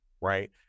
right